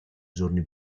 giorni